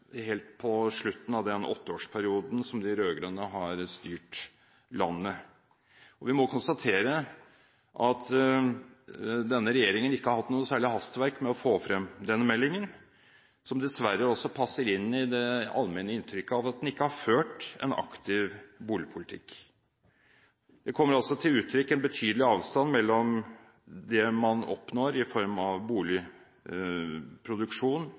helt på slutten av den åtteårsperioden som de rød-grønne har styrt landet – og vi må konstatere at denne regjeringen ikke har hatt noe særlig hastverk med å få frem denne meldingen, noe som dessverre også passer inn i det allmenne inntrykket av at en ikke har ført en aktiv boligpolitikk. Det kommer også til uttrykk en betydelig avstand mellom det man oppnår i form av boligproduksjon,